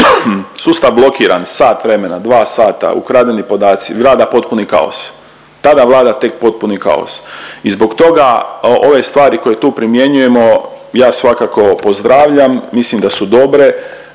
sustav blokiran sat vremena, dva sata, ukradeni podaci, vlada potpuni kaos, tada vlada tek potpuni kaos i zbog toga ove stvari koje tu primjenjujemo ja svakako pozdravljam, mislim da su dobre,